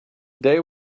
they